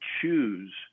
choose